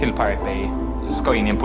pirate bay that's going and but